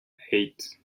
eight